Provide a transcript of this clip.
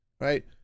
right